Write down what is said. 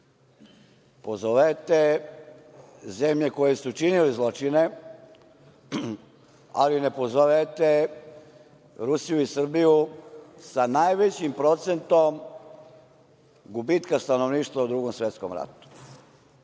Pozovete zemlje koje su činile zločine, ali ne pozovete Rusiju i Srbiju, sa najvećim procentom gubitka stanovništva u Drugom svetskom ratu.